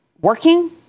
working